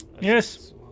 Yes